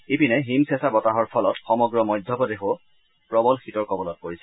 ইপিনে হিমচেচা বতাহৰ ফলত সমগ্ৰ মধ্যপ্ৰদেশো প্ৰৱল শীতৰ কবলত পৰিছে